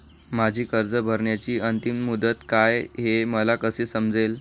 माझी कर्ज भरण्याची अंतिम मुदत काय, हे मला कसे समजेल?